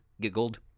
giggled